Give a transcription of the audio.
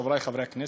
חברי חברי הכנסת,